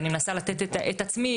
ואני מנסה לתת את עצמי,